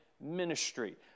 ministry